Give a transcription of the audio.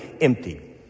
empty